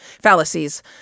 fallacies